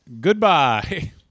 Goodbye